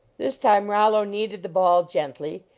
this time rollo kneaded the ball gently,